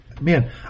man